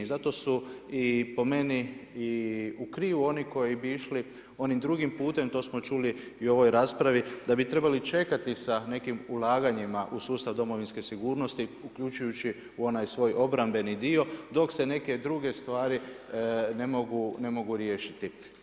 Zato su i po meni i u krivu oni koji bi išli onim drugim putem, to smo čuli i u ovoj raspravi, da bi trebali čekati sa nekima ulaganjima u sustav domovinske sigurnosti uključujući u onaj svoj obrambeni dio, dok se neke druge stvari ne mogu riješiti.